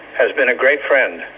has been a great friend,